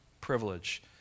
privilege